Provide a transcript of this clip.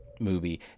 movie